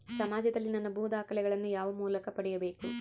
ಸಮಾಜದಲ್ಲಿ ನನ್ನ ಭೂ ದಾಖಲೆಗಳನ್ನು ಯಾವ ಮೂಲಕ ಪಡೆಯಬೇಕು?